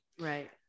right